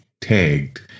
tagged